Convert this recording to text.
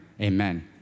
Amen